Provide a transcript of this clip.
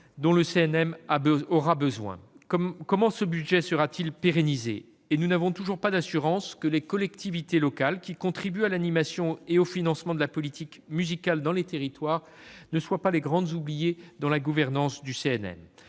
dont le CNM aura besoin. Comment ce budget sera-t-il pérennisé ? Nous n'avons toujours pas d'assurance que les collectivités locales qui contribuent à l'animation et au financement de la politique musicale dans les territoires ne soient pas les grandes oubliées dans la gouvernance du CNM.